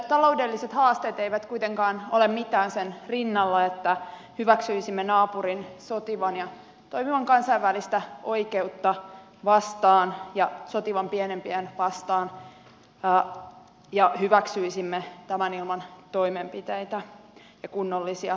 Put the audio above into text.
taloudelliset haasteet eivät kuitenkaan ole mitään sen rinnalla että hyväksyisimme naapurin sotivan pienempiään vastaan ja toimivan kansainvälistä oikeutta vastaan hyväksyisimme tämän ilman toimenpiteitä ja kunnollisia seuraamuksia